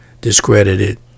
discredited